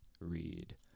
read